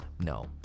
no